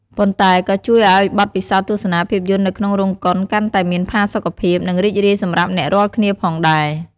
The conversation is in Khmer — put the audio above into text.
ប៉ុន្តែក៏ជួយឲ្យបទពិសោធន៍ទស្សនាភាពយន្តនៅក្នុងរោងកុនកាន់តែមានផាសុកភាព និងរីករាយសម្រាប់អ្នករាល់គ្នាផងដែរ។